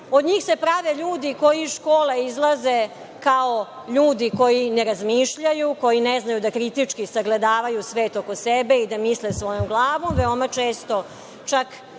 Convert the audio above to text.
Od njih se prave ljudi koji iz škola izlaze kao ljudi koji ne razmišljaju, koji ne znaju da kritički sagledavaju svet oko sebe i da misle svojom glavom, veoma često, čak